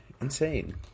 insane